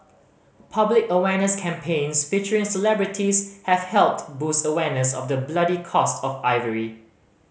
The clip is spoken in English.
public awareness campaigns featuring celebrities have helped boost awareness of the bloody cost of ivory